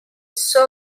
soit